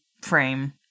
frame